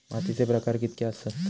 मातीचे प्रकार कितके आसत?